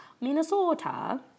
Minnesota